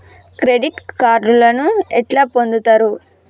Credit కార్డులను ఎట్లా పొందుతరు?